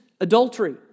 adultery